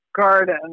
garden